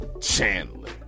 Chandler